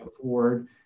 forward